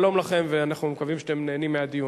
שלום לכם, ואנחנו מקווים שאתם נהנים מהדיון.